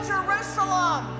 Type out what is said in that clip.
Jerusalem